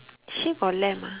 sheep or lamb ah